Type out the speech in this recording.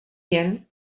jen